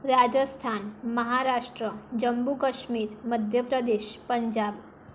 Rajasthan Maharashtra Jammu Kashmir Madhya Pradesh Punjab